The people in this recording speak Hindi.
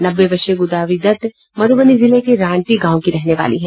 नब्बे वर्षीय गोदावरी दत्त मध्रबनी जिले के रांटी गांव की रहने वाली हैं